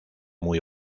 muy